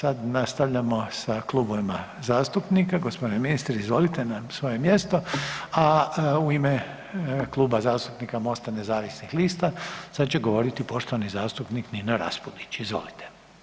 Sad nastavljamo sa klubovima zastupnika, g. ministre izvolite na svoje mjesto, a u ime Kluba zastupnika MOST-a nezavisnih lista sad će govoriti poštovani zastupnik Nino Raspudić, izvolite.